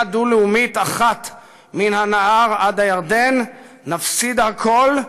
דו-לאומית אחת מן הנהר עד לירדן נפסיד הכול,